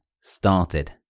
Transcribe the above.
started